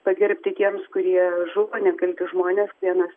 pagerbti tiems kurie žuvo nekalti žmonės vienas